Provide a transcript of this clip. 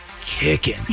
kicking